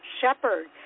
Shepard